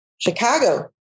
Chicago